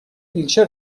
ویلچر